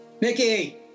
Mickey